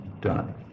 done